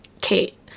Kate